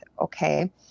Okay